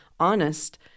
honest